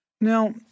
Now